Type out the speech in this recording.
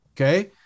okay